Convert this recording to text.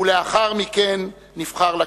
ולאחר מכן נבחר לכנסת: